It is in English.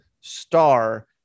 star